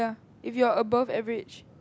if you're above average